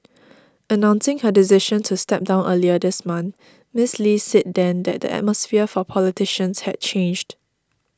announcing her decision to step down earlier this month Miis Lee said then that the atmosphere for politicians had changed